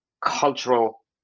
cultural